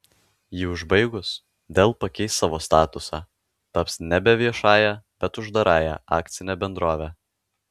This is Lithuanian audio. jį užbaigus dell pakeis savo statusą taps nebe viešąja bet uždarąja akcine bendrove